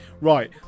right